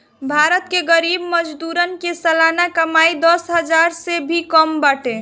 भारत के गरीब मजदूरन के सलाना कमाई दस हजार से भी कम बाटे